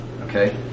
Okay